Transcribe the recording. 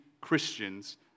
Christians